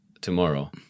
tomorrow